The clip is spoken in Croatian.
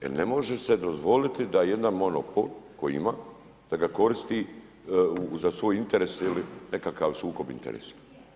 Jer ne može se dozvoliti da jedan monopol, tko ima, da ga koristi za svoj interes ili nekakav sukob interesa.